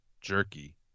jerky